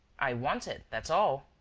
i want it, that's all.